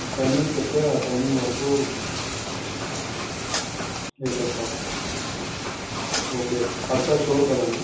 timings చెప్తే ఆ timing వరకు ఎయిట్ ఓ క్లాక్ ఓకే పక్కా షూర్ కదండి